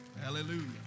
Hallelujah